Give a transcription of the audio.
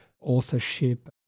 authorship